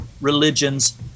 religions